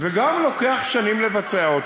וגם אותו לוקח שנים לבצע.